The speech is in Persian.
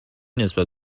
نسبت